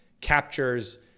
captures